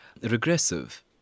regressive